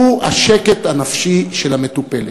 הוא השקט הנפשי של המטופלת.